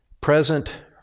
present